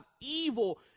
Evil